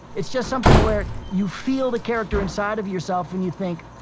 it's just something where you feel the character inside of yourself and you think,